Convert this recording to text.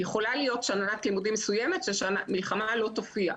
יכולה להיות שנת לימודים מסוימת שמלחמה לא תופיע.